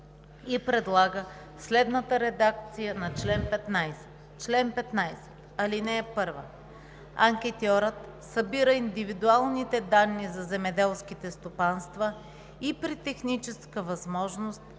и предлага следната редакция на чл. 15: „Чл. 15. (1) Анкетьорът събира индивидуалните данни за земеделските стопанства и при техническа възможност